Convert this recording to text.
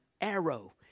arrow